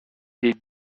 des